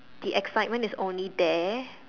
the excitement is only there